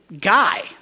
Guy